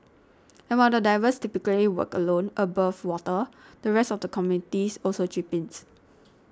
and while the divers typically work alone above water the rest of the communities also chips in